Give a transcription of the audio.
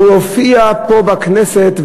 והוא הופיע פה בכנסת,